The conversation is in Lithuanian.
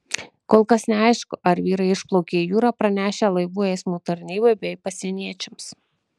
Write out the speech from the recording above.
kol kas neaišku ar vyrai išplaukė į jūrą pranešę laivų eismo tarnybai bei pasieniečiams